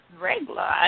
regular